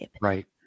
Right